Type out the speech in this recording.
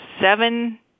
seven